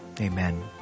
amen